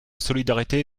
solidarité